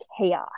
chaos